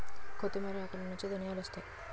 కొత్తిమీర ఆకులనుంచి ధనియాలొత్తాయి